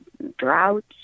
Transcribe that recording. Droughts